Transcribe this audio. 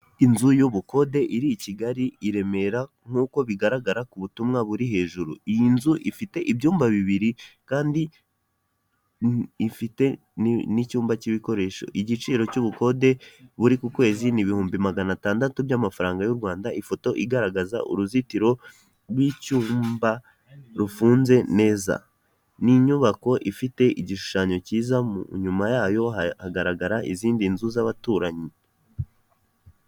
Inzu y'ubukode iri Kigali i Remera nk'uko bigaragara ku butumwa buri hejuru iyi nzu ifite ibyumba bibiri kandi ifite n'icyumba cy'ibikoresho igiciro cy'ubukode buri ku kwezi ni ibihumbi magana atandatu by'amafaranga y'u Rwanda ifoto igaragaza uruzitiro rw'icyumba rufunze neza ni inyubako ifite igishushanyo cyiza inyuma yayo hagaragara izindi nzu z'abaturanyi.